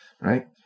right